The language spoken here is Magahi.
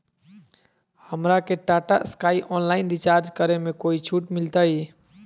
हमरा के टाटा स्काई ऑनलाइन रिचार्ज करे में कोई छूट मिलतई